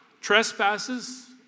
Trespasses